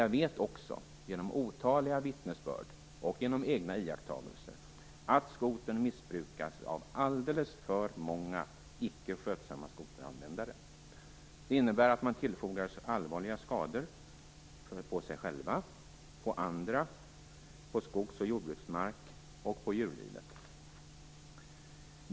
Jag vet också genom otaliga vittnesbörd och genom egna iakttagelser att skotern missbrukas av alldeles för många icke skötsamma skoteranvändare. Det innebär att man tillfogar sig själv, andra människor, skogs och jordbruksmark och djurlivet allvarliga skador.